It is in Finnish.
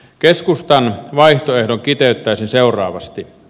keskustan vaihtoehdon kiteyttäisin seuraavasti